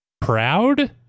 proud